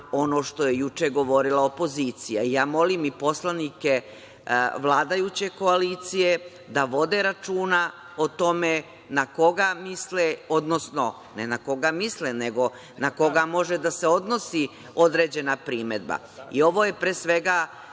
ono što je juče govorila opozicija. Molim i poslanike vladajuće koalicije da vode računa o tome na koga misle, odnosno ne na koga misle, nego na koga može da se odnosi određena primedba. Ovo je pre svega